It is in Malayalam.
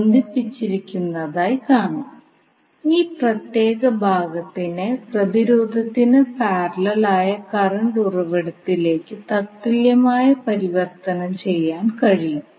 2 ലൂപ്പുകൾക്കിടയിൽ അഥവാ 2 മെഷുകൾക്കിടയിൽ 1 കറണ്ട് ഉറവിടം സ്ഥാപിച്ചിരിക്കുന്നു